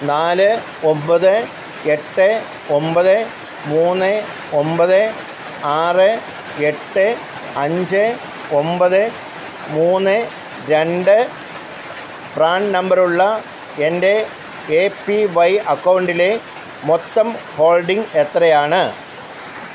നാല് ഒൻപത് എട്ട് ഒൻപത് മൂന്ന് ഒൻപത് ആറ് എട്ട് അഞ്ച് ഒൻപത് മൂന്ന് രണ്ട് പ്രാൻ നമ്പറുള്ള എൻ്റെ എ പി വൈ അക്കൗണ്ടിലെ മൊത്തം ഹോൾഡിംഗ് എത്രയാണ്